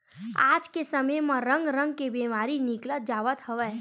आज के समे म रंग रंग के बेमारी निकलत जावत हवय